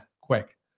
quick